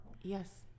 yes